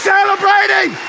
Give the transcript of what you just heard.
Celebrating